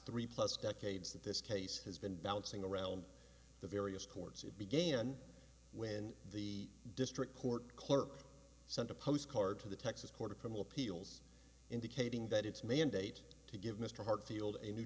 three plus decades that this case has been bouncing around the various courts it began when the district court clerk sent a postcard to the texas court of criminal appeals indicating that its mandate to give mr hartfield a new